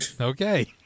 Okay